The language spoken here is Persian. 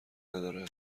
نداره